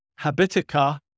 Habitica